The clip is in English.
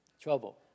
Trouble